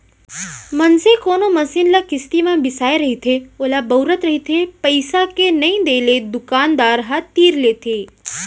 मनसे कोनो मसीन ल किस्ती म बिसाय रहिथे ओला बउरत रहिथे पइसा के नइ देले दुकानदार ह तीर लेथे